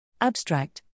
Abstract